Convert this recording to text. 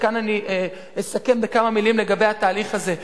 וכאן אני אסכם בכמה מלים לגבי התהליך הזה.